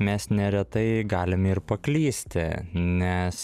mes neretai galim ir paklysti nes